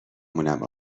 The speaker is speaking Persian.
مونم